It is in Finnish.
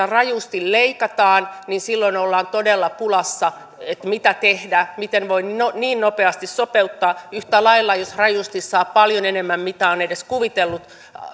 rajusti leikataan niin silloin ollaan todella pulassa mitä tehdä miten voidaan niin nopeasti sopeuttaa niin yhtä lailla jos rajusti saa paljon enemmän kuin on edes kuvitellut